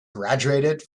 graduated